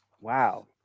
wow